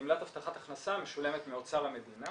גמלת הבטחת הכנסה משולמת מאוצר המדינה